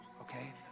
okay